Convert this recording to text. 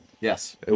Yes